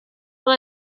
all